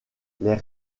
les